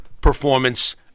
Performance